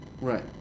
right